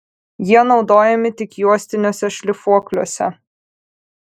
jie naudojami tik juostiniuose šlifuokliuose